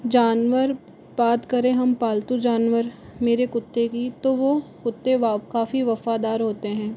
जानवर पात करें हम पालतू जानवर मेरे कुत्ते की तो वह कुत्ते वा काफी वफादार होते हैं